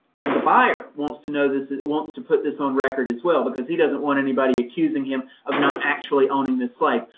and the buyer wants to know this, wants to put this on record as well, because he doesn't want anybody accusing him of not actually owning this like